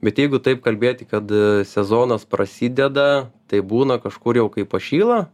bet jeigu taip kalbėti kad sezonas prasideda tai būna kažkur jau kai pašyla